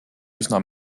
üsna